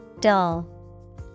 Dull